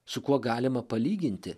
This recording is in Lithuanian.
su kuo galima palyginti